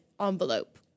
envelope